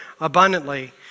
abundantly